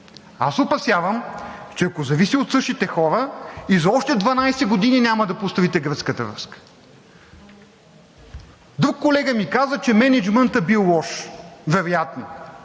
се опасявам, че ако зависи от същите хора и за още 12 години няма да построите гръцката връзка. Друг колега ми каза, че мениджмънтът на тази